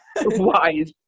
wise